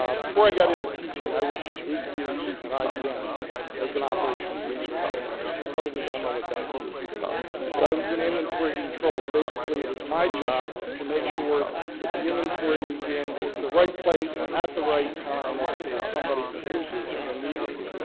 um before i got into teaching i worked for eight years at ibm as an operations research analyst. you probably don't know what that means but i was in inventory control and basically it was my job to make sure that the inventory was in the right place at the right time so that somebody could use it when they needed it.